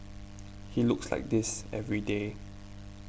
he looks like this every day